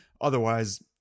Otherwise